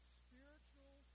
spiritual